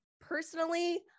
personally